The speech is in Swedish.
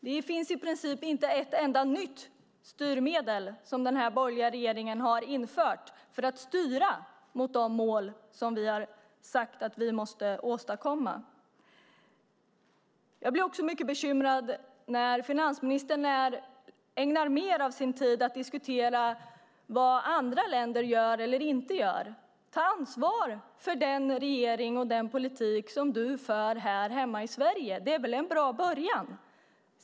Det finns i princip inte ett enda nytt styrmedel som den här borgerliga regeringen har infört för att styra mot de mål som vi har sagt att vi måste uppnå. Jag blir också mycket bekymrad när finansministern ägnar så mycket av sin tid åt att diskutera vad andra länder gör eller inte gör. Ta ansvar för den regering och den politik som du för här hemma i Sverige, Anders Borg! Det är en bra början.